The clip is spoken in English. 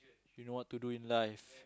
you know what to do in life